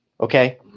Okay